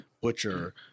butcher